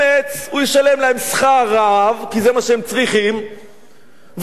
הוא ישלם להם שכר רעב כי זה מה שהם צריכים והוא ייהנה.